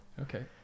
Okay